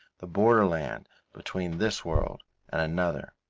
the borderland between this world and another.